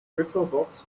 virtualbox